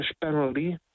penalty